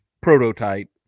prototype